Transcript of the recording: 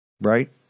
Right